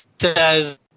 says